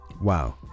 Wow